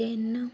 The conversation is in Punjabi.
ਤਿੰਨ